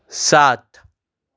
सात